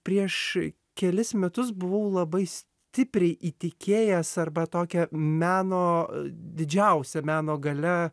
prieš kelis metus buvau labai stipriai įtikėjęs arba tokią meno didžiausia meno galia